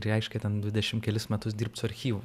reiškia ten dvidešimt kelis metus dirbt su archyvu